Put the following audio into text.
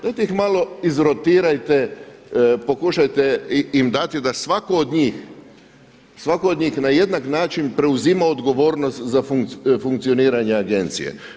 Dajte ih malo izrotirajte, pokušajte im dati da svaku od njih na jednak način preuzima odgovornost za funkcioniranje agencije.